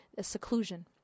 seclusion